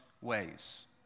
ways